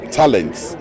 talents